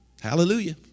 Hallelujah